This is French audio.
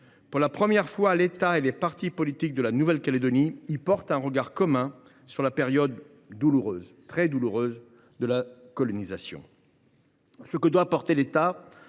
Pour la première fois, l’État et les partis politiques de la Nouvelle Calédonie portent un regard commun sur la période douloureuse, très douloureuse, de la colonisation.